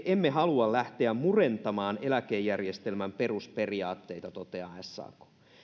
emme halua lähteä murentamaan eläkejärjestelmän perusperiaatteita näin toteaa